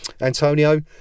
Antonio